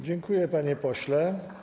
Dziękuję, panie pośle.